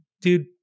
dude